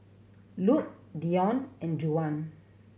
Lupe Deon and Juwan